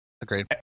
Agreed